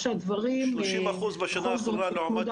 30 אחוזים בשנה האחרונה לעומת שנה לפני כן.